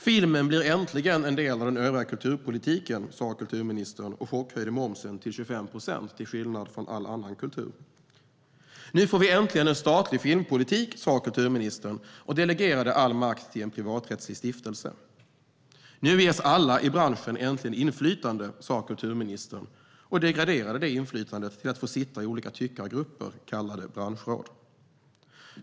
Filmen blir äntligen en del av den övriga kulturpolitiken, sa kulturministern, och chockhöjde momsen till 25 procent till skillnad från all annan kultur. Nu får vi äntligen en statlig filmpolitik, sa kulturministern, och delegerade all makt till en privaträttslig stiftelse. Nu ges alla i branschen äntligen inflytande, sa kulturministern, och degraderade det inflytandet till att få sitta i olika tyckargrupper kallade branschråd.